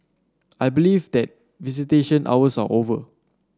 I believe that visitation hours are over